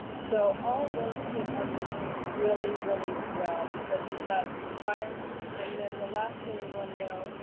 so all of those hit our district really, really well because we've had the fires. and then the last thing we want to know,